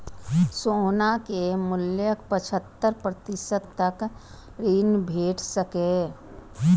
सोना के मूल्यक पचहत्तर प्रतिशत तक ऋण भेट सकैए